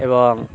এবং